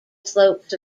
slopes